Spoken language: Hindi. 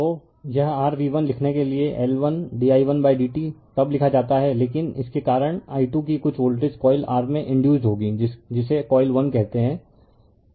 तो यह r v1 लिखने के लिए L1di1dt तब लिखा जाता है लेकिन इसके कारण i 2 कि कुछ वोल्टेज कॉइल r में इंडयुसड होंगी जिसे कॉइल 1 कहते हैं